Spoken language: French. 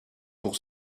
pour